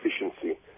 efficiency